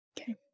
Okay